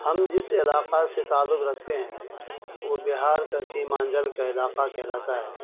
ہم جس علاقہ سے تعلق رکھتے ہیں وہ بہار کا سیمانجل کا علاقہ کہلاتا ہے